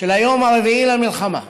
של היום הרביעי למלחמה,